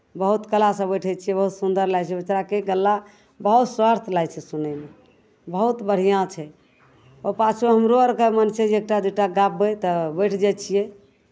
बहुत कलासँ बैठै छियै बहुत सुन्दर लागै छै ओहिठिना की कला बहुत स्वार्थ लागै छै सुनयमे बहुत बढ़िआँ छै आ पाछू हमरो आरके मोन छै एक टा दू टा गाबबै तऽ बैठि जाइ छियै